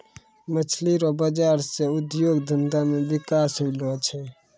मछली रो बाजार से उद्योग धंधा मे बिकास होलो छै